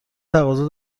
تقاضا